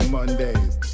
Mondays